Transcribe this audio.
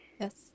Yes